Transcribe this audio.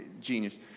genius